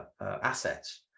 assets